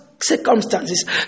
circumstances